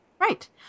Right